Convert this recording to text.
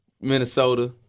Minnesota